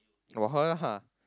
about her lah